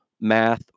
math